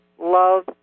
love